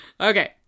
Okay